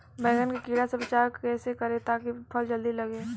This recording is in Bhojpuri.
बैंगन के कीड़ा से बचाव कैसे करे ता की फल जल्दी लगे?